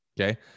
okay